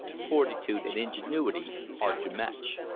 fortitude and ingenuity hard to match.